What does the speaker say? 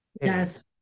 Yes